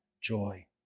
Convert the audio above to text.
joy